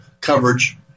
coverage